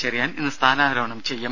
ചെറിയാൻ ഇന്ന് സ്ഥാനാരോഹണം ചെയ്യും